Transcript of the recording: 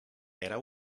era